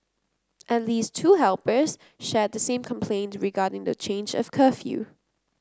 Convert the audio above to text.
at least two helpers shared the same complaint regarding the change of curfew